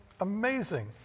amazing